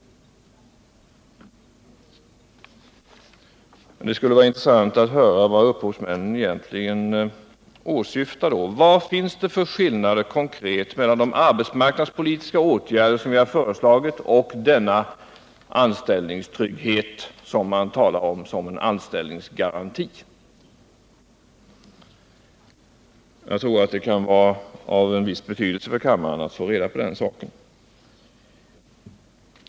Det skulle vara intressant att höra vad upphovsmännen egentligen åsyftar. Vad finns det för konkreta skillnader mellan de arbetsmarknadspolitiska åtgärder vi föreslagit och denna anställningstrygghet som man talar om som en anställningsgaranti? Jag tror det kan vara av en viss betydelse för kammaren att få reda på den saken.